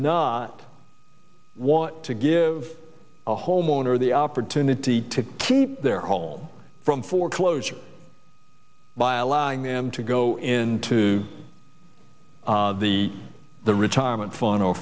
not want to give a homeowner the opportunity to keep their home from foreclosure by allowing them to go into the the retirement